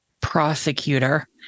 prosecutor